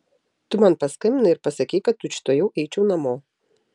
tu man paskambinai ir pasakei kad tučtuojau eičiau namo